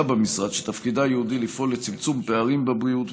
במשרד שתפקידה הייעודי לפעול לצמצום הפערים בבריאות,